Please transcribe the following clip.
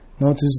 Notice